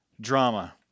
drama